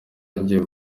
zarangiye